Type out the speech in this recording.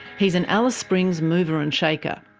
he's an alice springs mover and shaker.